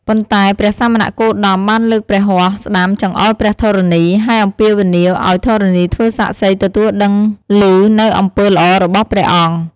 ប៉ុន្តែព្រះសមណគោតមបានលើកព្រះហស្តស្តាំចង្អុលព្រះធរណី ហើយអំពាវនាវឲ្យធរណីធ្វើសាក្សីទទួលដឹងឮនូវអំពើល្អរបស់ព្រះអង្គ។